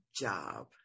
job